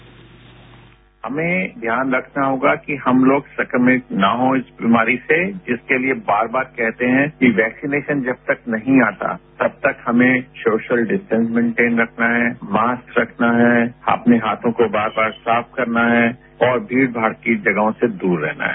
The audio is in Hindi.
बाईट हमें ध्यान रखना होगा कि हम लोग संक्रमित न हो इस बीमारी से जिसके लिए बार बार कहते हैं कि वैक्सीनेशन जब तक नहीं आता तब तक हमें सोशल डिस्टेंस मेंटेन रखना है मास्क रखना है अपने हाथों को बार बार साफ करना है और भीड़ भाड़ जगहों से दूर रहना है